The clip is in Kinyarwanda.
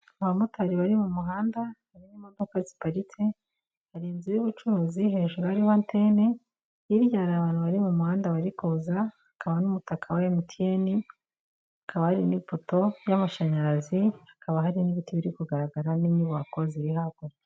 Abamotari bari mu muhanda, harimo imodoka ziparitse, hari inzu y'ubucuruzi hejuru hariho antene, hirya hari abantu bari mu muhanda bari kuza, hakaba n'umutaka wa MTN, hakaba hari n'ipoto y'amashanyarazi, hakaba hari n'ibiti biri kugaragara, n'inyubako ziri hakurya.